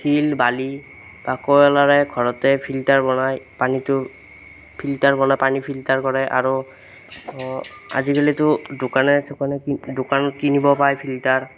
শিল বালি বা কয়লাৰে ঘৰতে ফিল্টাৰ বনায় পানীটো ফিল্টাৰ কৰে পানী ফিল্টাৰ কৰে আৰু আজিকালিতো দোকানে চোকানে কি দোকানত কিনিব পায় ফিল্টাৰ